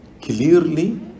clearly